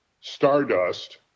stardust